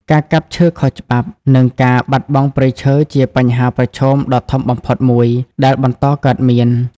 ការកាប់ឈើខុសច្បាប់ និងការបាត់បង់ព្រៃឈើជាបញ្ហាប្រឈមដ៏ធំបំផុតមួយ ដែលបន្តកើតមាន។